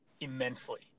immensely